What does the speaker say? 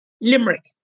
Limerick